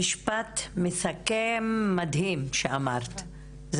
משפט מסכם מדהים שאמרת,